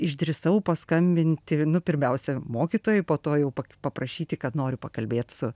išdrįsau paskambinti nu pirmiausia mokytojui po to jau paprašyti kad noriu pakalbėt su